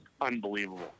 unbelievable